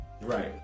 right